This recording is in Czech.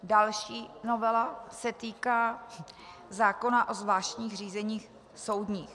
Další novela se týká zákona o zvláštních řízeních soudních.